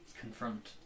confront